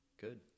good